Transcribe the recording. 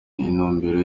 intumbero